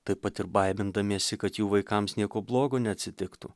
taip pat ir baimindamiesi kad jų vaikams nieko blogo neatsitiktų